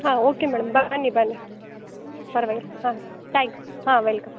ಹಾಂ okay madam ಬನ್ನಿ ಬನ್ನಿ ಪರವಾಗಿಲ್ಲ ಹಾಂ ತ್ಯಾಂಕ್ಸ್ ಹಾಂ ವೆಲ್ಕಮ್